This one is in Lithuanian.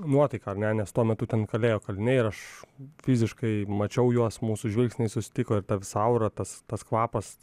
nuotaika ar ne nes tuo metu ten kalėjo kaliniai ir aš fiziškai mačiau juos mūsų žvilgsniai susitiko ir tas aura tas tas kvapas